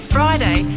Friday